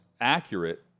accurate